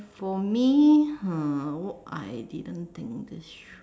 for me uh I didn't think this through